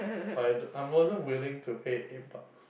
but I d~ I wasn't willing to pay eight bucks